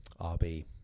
RB